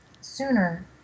sooner